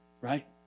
right